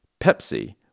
Pepsi